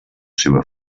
seva